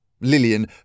Lillian